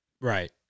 Right